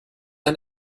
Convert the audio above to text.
ein